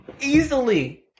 Easily